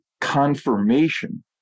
confirmation